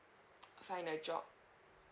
find a job